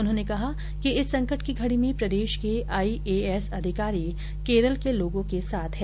उन्होंने कहा कि इस संकट की घड़ी में प्रदेश के आईएएस अधिकारी केरल के लोगों के साथ हैं